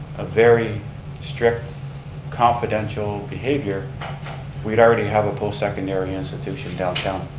a very strict confidential behavior we'd already have a post secondary institution downtown.